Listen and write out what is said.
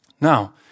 Now